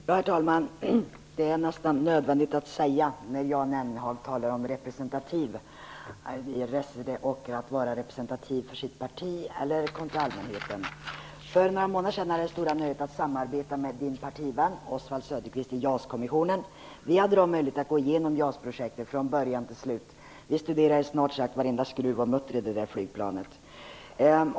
Herr talman! Jan Jennehag talade om att vara representativ för sitt parti kontra allmänheten. För några månader sedan hade jag det stora nöjet att samarbeta med Jan Jennehags partivän Oswald Söderqvist i JAS-kommissionen. Vi gick då igenom JAS-projektet från början till slut, och vi studerade snart sagt varenda skruv och mutter i detta flygplan.